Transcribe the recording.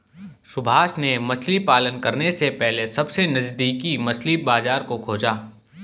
सुभाष ने मछली पालन करने से पहले सबसे नजदीकी मछली बाजार को खोजा